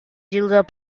ginger